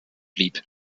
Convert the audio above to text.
blieb